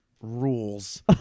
rules